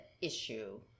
issue